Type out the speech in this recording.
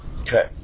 Okay